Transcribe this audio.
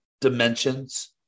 dimensions